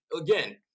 again